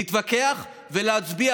להתווכח ולהצביע,